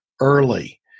early